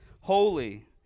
holy